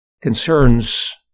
concerns